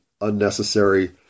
unnecessary